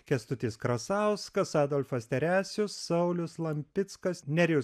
kęstutis krasauskas adolfas teresius saulius lampickas nerijus